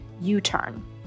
U-Turn